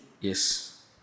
Yes